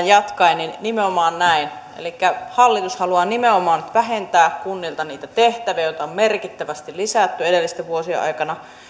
jatkaen nimenomaan näin elikkä hallitus haluaa nimenomaan vähentää kunnilta niiltä tehtäviä joita on merkittävästi lisätty edellisten vuosien aikana ja